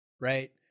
right